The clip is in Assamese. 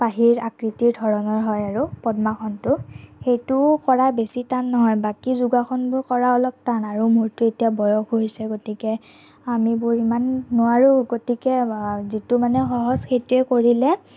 পাহিৰ আকৃতিৰ ধৰণৰ হয় আৰু পদ্মাসনটো সেইটো কৰা বেছি টান নহয় বাকী যোগাসনবোৰ কৰা অলপ টান আৰু মোৰতো এতিয়া বয়স হৈছে গতিকে আমিবোৰ ইমান নোৱাৰো গতিকে যিটো মানে সহজ সেইটোৱে কৰিলে